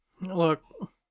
Look